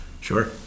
sure